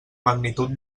magnitud